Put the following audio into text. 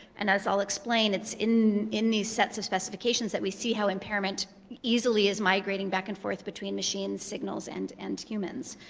and as i'll explain, it's in in these sets of specifications that we see how impairment easily is migrating back and forth between machine signals and and humans,